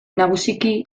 nagusiki